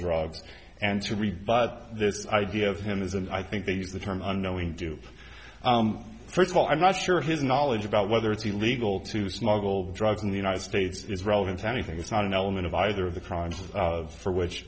drugs and to rebut this idea of him is and i think they use the term unknowing do first of all i'm not sure his knowledge about whether it's illegal to smuggle drugs in the united states is relevant to anything that's not an element of either the crimes for which